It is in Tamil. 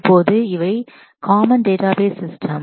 இப்போது இவை காமன் டேட்டாபேஸ் சிஸ்டம்